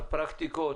על פרקטיקות,